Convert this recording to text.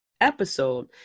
episode